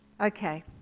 Okay